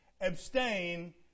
abstain